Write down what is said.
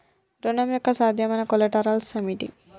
ఋణం యొక్క సాధ్యమైన కొలేటరల్స్ ఏమిటి?